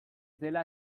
zertan